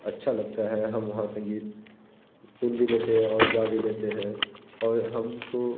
अच्छा लगता है हम वहाँ संगीत सुन भी लेते हैं और गा भी लेते हैं और हम को